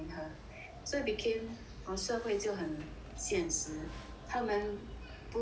so it became our 社会就很现实他们不